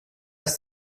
ist